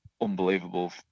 unbelievable